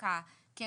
(ב)(1)